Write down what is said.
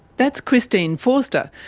that's christine forster,